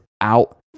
out